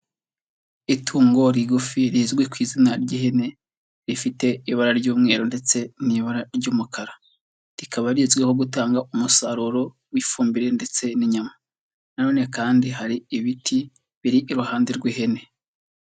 Itungo rigufi rizwi ku izina ry'ihene, rifite ibara ry'umweru ndetse n'ibara ry'umukara, rikaba rizwiho gutanga umusaruro w'ifumbire ndetse n'inyama, na none kandi hari ibiti biri iruhande rw'ihene.